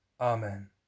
Amen